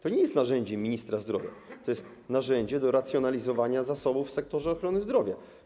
To nie jest narzędzie ministra zdrowia, to jest narzędzie do racjonalizowania zasobów w sektorze ochrony zdrowia.